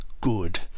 good